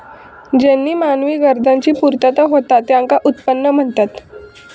ज्येनीं मानवी गरजांची पूर्तता होता त्येंका उत्पादन म्हणतत